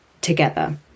together